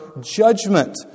judgment